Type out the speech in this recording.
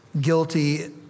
Guilty